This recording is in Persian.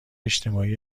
اجتماعی